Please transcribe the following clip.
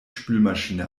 spülmaschine